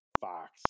Fox